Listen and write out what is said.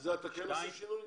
בזה אתם כן עושים שינוי?